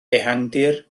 ehangdir